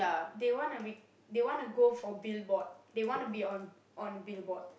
they wanna we they wanna go for billboard they wanna be on billboard